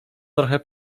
trochę